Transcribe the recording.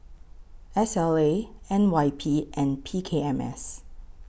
S L A N Y P and P K M S